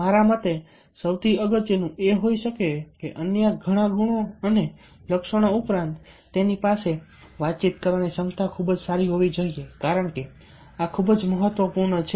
મારા મતે સૌથી અગત્યનું એ હોઈ શકે કે અન્ય ઘણા ગુણો અને લક્ષણો ઉપરાંત તેની પાસે વાતચીત કરવાની ક્ષમતા ખૂબ જ સારી હોવી જોઈએ કારણ કે આ ખૂબ જ મહત્વપૂર્ણ છે